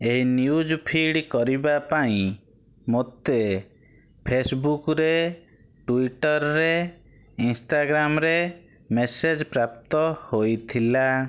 ଏଇ news feed କରିବା ପାଇଁ ମୋତେ ଫେସବୁକରେ ଟୁଇଟରରେ ଇନଷ୍ଟାଗ୍ରାମରେ ମେସେଜ ପ୍ରାପ୍ତ ହୋଇଥିଲା